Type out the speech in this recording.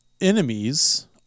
enemies